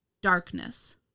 Darkness